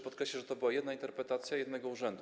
Podkreślę, że to była jedna interpretacja jednego urzędu.